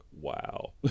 wow